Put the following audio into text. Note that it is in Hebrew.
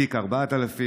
תיק 4000,